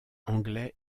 anglais